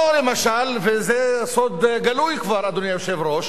או, למשל, וזה סוד גלוי כבר, אדוני היושב-ראש,